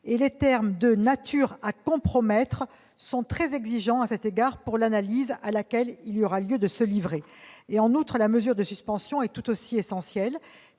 Les termes « de nature à compromettre » sont très exigeants à cet égard pour l'analyse à laquelle il y aura lieu de se livrer. En outre, la mesure de suspension est tout aussi essentielle,